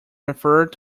referred